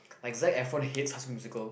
like Zac Efron he hates classical musical